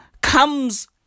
comes